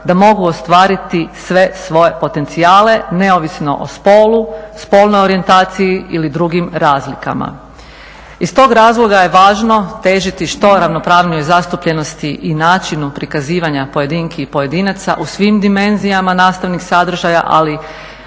da mogu ostvariti sve svoje potencijale neovisno o spolu, spolnoj orijentaciji ili drugim razlikama. Iz tog razloga je važno težiti što ravnopravnijoj zastupljenosti i načinu prikazivanja pojedinki i pojedinaca u svim dimenzijama nastavnih sadržaja, ali